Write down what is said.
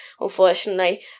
Unfortunately